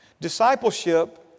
Discipleship